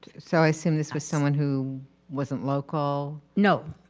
so i assumed this was someone who wasn't local? no,